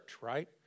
right